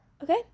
Okay